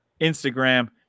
Instagram